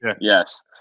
Yes